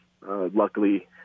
luckily